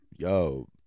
yo